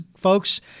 folks